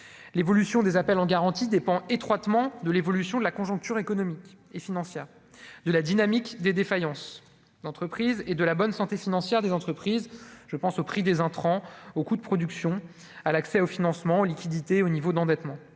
l'évolution des appels en garantie dépend étroitement de l'évolution de la conjoncture économique et financière de la dynamique des défaillances d'entreprises et de la bonne santé financière des entreprises, je pense au prix des intrants aux coûts de production à l'accès au financement liquidités au niveau d'endettement,